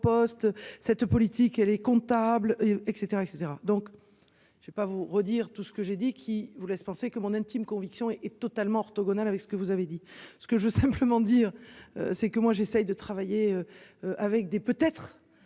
cette politique elle est comptable et cetera et cetera donc je vais pas vous redire tout ce que j'ai dit qu'ils vous laissent penser que mon intime conviction est totalement orthogonal, avec ce que vous avez dit ce que je simplement dire c'est que moi j'essaie de travailler. Avec des peut-être.